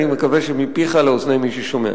אני מקווה שמפיך לאוזני מי ששומע.